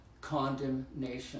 condemnation